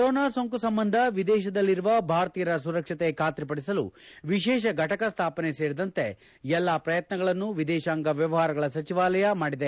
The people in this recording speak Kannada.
ಕೊರೊನಾ ಸೋಂಕು ಸಂಬಂಧ ವಿದೇಶದಲ್ಲಿರುವ ಭಾರತೀಯರ ಸುರಕ್ಷತೆ ಖಾತ್ರಿಪಡಿಸಲು ವಿಶೇಷ ಫಟಕ ಸ್ವಾಪನೆ ಸೇರಿದಂತೆ ಎಲ್ಲಾ ಪ್ರಯತ್ನಗಳನ್ನು ವಿದೇಶಾಂಗ ವ್ಯವಹಾರಗಳ ಸಚಿವಾಲಯ ಮಾಡಿದೆ